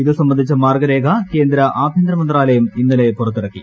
ഇത് സംബന്ധിച്ച മാർഗ്ഗ രേഖ കേന്ദ്ര ആഭ്യന്തരമന്ത്രാലയം ഇന്നലെ പുറത്തിറക്കി